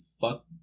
fuck